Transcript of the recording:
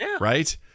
Right